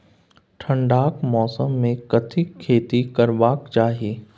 ठंडाक मौसम मे कथिक खेती करबाक चाही?